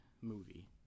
movie